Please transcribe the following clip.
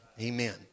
Amen